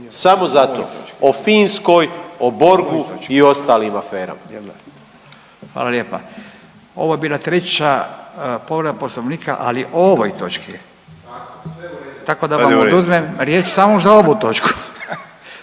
Samo zato. O Finskoj, o Borgu i ostalim aferama.